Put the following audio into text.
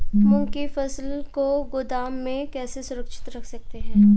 मूंग की फसल को गोदाम में कैसे सुरक्षित रख सकते हैं?